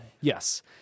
Yes